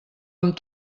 amb